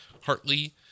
Hartley